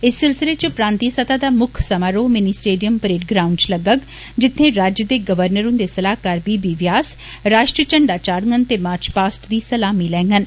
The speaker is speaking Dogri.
इस सिलसिले च प्रान्तीय सतह दा मुक्ख समारोह मिनी स्टेडियम परेड ग्राऊण्ड च लग्गग जित्थें राज्य दे गवर्नर उन्दे सलाहकार बी बी व्यास राष्ट्रीय झण्डा चाढ़गंन ते मार्च पास्ट दी सलामी लैंगन